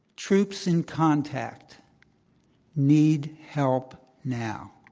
troops in contact need help now.